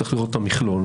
צריך לראות את המכלול.